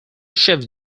chef